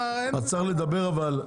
אז צריך לדבר אבל,